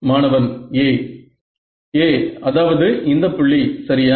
மாணவன் A A அதாவது இந்த புள்ளி சரியா